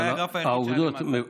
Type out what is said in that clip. זה היה הגרף היחיד שהיה למטה.